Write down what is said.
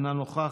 אינה נוכחת,